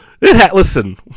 listen